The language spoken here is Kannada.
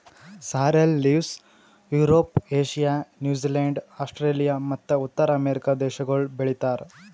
sorrel leaves Europe, Asia, New Zealand, Australia ಮತ್ತ ಉತ್ತರ ಅಮೆರಿಕ ದೇಶಗೊಳ್ ಬೆ ಳಿತಾರ್